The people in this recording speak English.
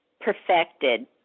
perfected